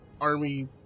army